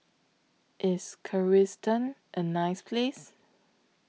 IS Kyrgyzstan A nice Place